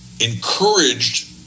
encouraged